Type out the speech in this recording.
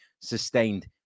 sustained